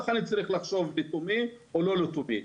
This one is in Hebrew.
ככה אני צריך לחשוב, לתומי או לא לתומי.